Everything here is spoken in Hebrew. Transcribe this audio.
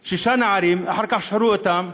האלה, שישה נערים, אחר כך שחררו אותם,